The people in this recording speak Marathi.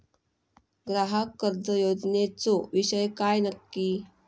ग्राहक कर्ज योजनेचो विषय काय नक्की?